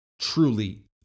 truly